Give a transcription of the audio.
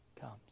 comes